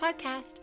podcast